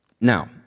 Now